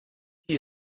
wie